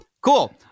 Cool